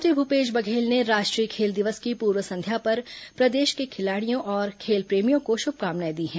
मुख्यमंत्री भूपेश बघेल ने राष्ट्रीय खेल दिवस की पूर्व संध्या पर प्रदेश के खिलाड़ियों और खेल प्रेमियों को शुभकामनाए दी हैं